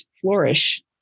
flourish